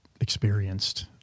experienced